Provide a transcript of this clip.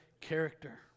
character